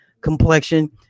complexion